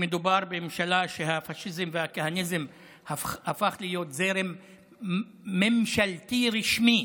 שמדובר בממשלה שהפשיזם והכהניזם הפך להיות זרם ממשלתי רשמי,